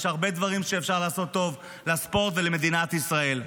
יש הרבה דברים שבהם אפשר לעשות טוב לספורט ולמדינת ישראל.